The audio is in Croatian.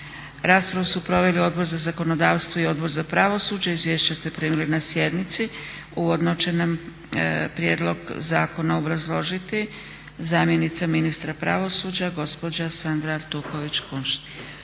Raspravu su proveli Odbor za zakonodavstvo i Odbor za pravosuđe. Izvješća ste primili na sjednici. Uvodno će nam prijedlog zakona obrazložiti zamjenica ministrica pravosuđa gospođa Sandra Artuković Kunšt.